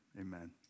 Amen